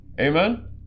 Amen